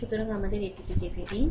সুতরাং আমাদের এটি যেতে দিন